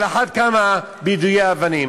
על אחת כמה וכמה ביידויי אבנים.